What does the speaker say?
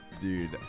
Dude